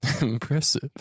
Impressive